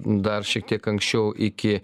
dar šiek tiek anksčiau iki